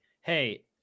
hey